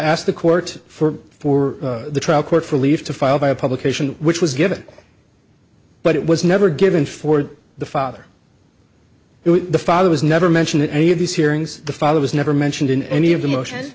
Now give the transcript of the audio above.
asked the court for for the trial court for leave to file via publication which was given but it was never given forward the father the father was never mentioned in any of these hearings the father was never mentioned in any of the motion